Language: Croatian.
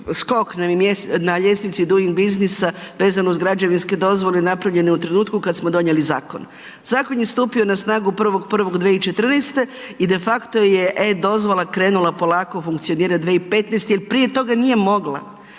na ljestvici Duing biznisa, vezano uz građevinske dozvole, napravljene u trenutku kada smo donijeli zakon. Zakon je stupio na snagu 1.1.2014. i de facto je e-dozvola krenula polako funkcionirati 2015. jer prije toga nije mogla.